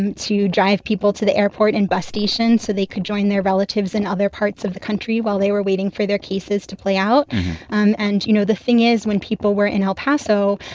um to drive people to the airport and bus stations so they could join their relatives in other parts of the country while they were waiting for their cases to play out and, you know, the thing is, when people were in el paso,